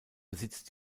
besitzt